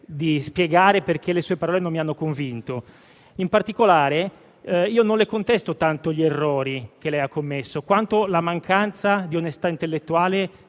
di spiegare perché le sue parole non mi hanno convinto. In particolare, io non le contesto tanto gli errori che ha commesso, quanto la mancanza di onestà intellettuale